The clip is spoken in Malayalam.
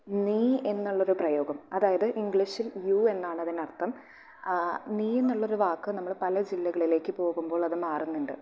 നീ എന്നുള്ള ഒരു പ്രയോഗം അതായത് ഇംഗ്ലീഷിൽ യു എന്നാണ് അതിനർത്ഥം നീ എന്നുള്ള ഒരു വാക്ക് നമ്മൾ പല ജില്ലകളിലേക്കും പോകുമ്പോൾ അത് മാറുന്നുണ്ട്